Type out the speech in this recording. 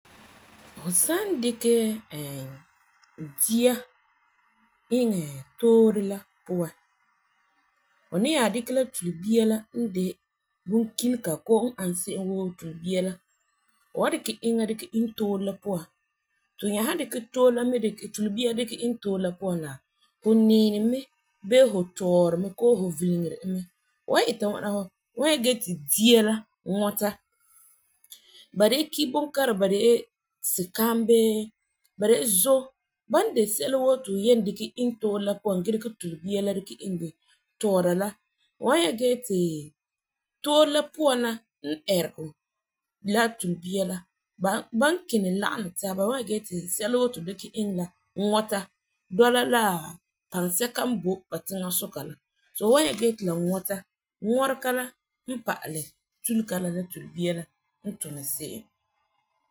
Fu san dikɛ dia iŋɛ toore la puan fu ni nyaa dikɛ la tibia la n de bunkilega koo e ani se'em woo tobia la fu wan dikɛ iŋa dikɛ iŋɛ toore la puan ti fu nyɔa san dikɛ toore me tobia dikɛ iŋɛ toore la puan la, fu nɛɛni koo fu tɔɔri mɛ. Fu san ita ŋwana fu wan nyɛ ti dia la wɔta. Ba de la ki bunkãra, ba de la sinkaam bee ba de la zom ba n de sɛla woo ti fu yen dikɛ iŋɛ toore la puan gee dikɛ tobia iŋɛ bini tɔɔra la fu wan nyɛ gee ti la toore la n ɛɛri la tobia la ban n mini lagena taaba la fu wan nyɛ ti sɛla woo ti fu dikɛ iŋɛ la wɔta dɔla la paŋa sɛla n boti ba tiŋasuka la fu wan nyɛ gee ti la wɔta wɔrega la n pa'alɛ tulega la tulebia la n tuni se'em.